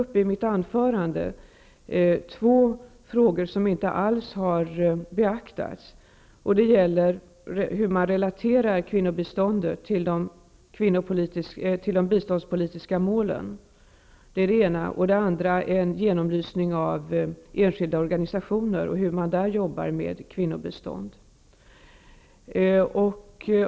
I mitt anförande tog jag upp två frågor som inte alls har beaktats. Det gäller hur man relaterar kvinnobiståndet till de biståndspolitiska målen för det första, och för det andra gäller det en genomlysning av enskilda organisationer och deras sätt att jobba med kvinnobistånd.